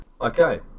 Okay